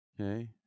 Okay